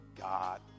God